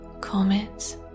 comets